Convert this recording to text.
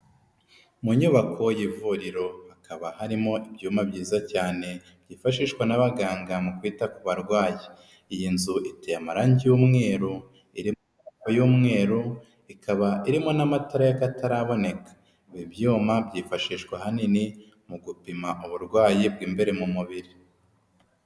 Mu nyubako y'ivuriro, hakaba harimo ibyuma byiza cyane byifashishwa n'abaganga mu kwita ku barwayi, iyi nzu iteye amarangi y'umweru iri y'umweru, ikaba irimo n'amatara y'akataraboneka, ibi byuma byifashishwa ahanini mu gupima uburwayi bw'imbere mu mubiri.